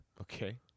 Okay